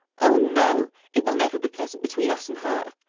oh, no! it will never be pleasant between us and her.